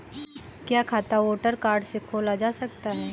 क्या खाता voter card से खोला जा सकता है?